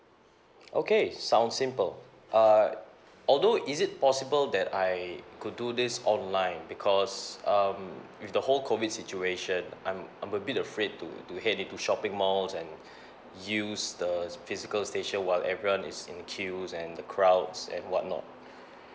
okay sounds simple uh although is it possible that I could do this online because um with the whole COVID situation I'm I'm a bit afraid to to head into shopping malls and use the physical station while everyone is in queues and the crowds and whatnot